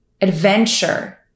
adventure